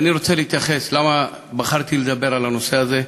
אני רוצה לומר למה בחרתי לדבר על הנושא זה.